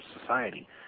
society